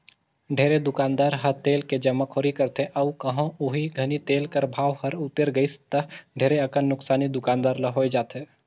ढेरे दुकानदार ह तेल के जमाखोरी करथे अउ कहों ओही घनी तेल कर भाव हर उतेर गइस ता ढेरे अकन नोसकानी दुकानदार ल होए जाथे